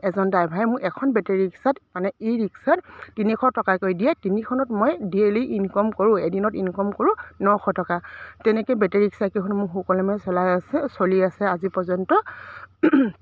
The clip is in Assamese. এজন ড্ৰাইভাৰে মোৰ এখন বেটেৰী ৰিক্সাত মানে ই ৰিক্সাত তিনিশ টকাকৈ দিয়ে তিনিখনত মই ডেইলি ইনকম কৰোঁ এদিনত ইনকম কৰোঁ নশ টকা তেনেকৈ বেটেৰী ৰিক্সাকেইখন মোৰ সুকলমে চলাই আছে চলি আছে আজি পৰ্যন্ত